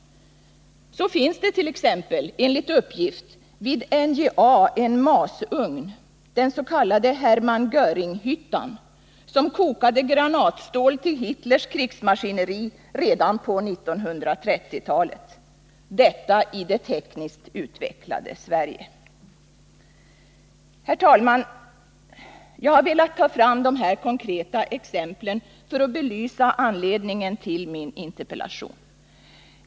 Så finns det t.ex., enligt uppgift, vid NJA en masugn — den s.k. Herman Göring-hyttan —- som kokade granatstål till Hitlers krigsmaskineri redan på 1930-talet. Detta i det tekniskt utvecklade Sverige! Herr talman! Jag har velat ta fram dessa konkreta exempel för att belysa anledningen till min interpellation.